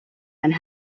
and